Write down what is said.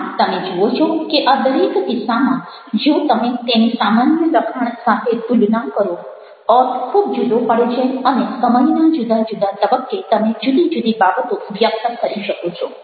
આમ તમે જુઓ છો કે આ દરેક કિસ્સામાં જો તમે તેની સામાન્ય લખાણ સાથે તુલના કરો અર્થ ખૂબ જુદો પડે છે અને સમયના જુદા જુદા તબક્કે તમે જુદી જુદી બાબતો વ્યક્ત કરી શકો છો